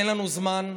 אין לנו זמן.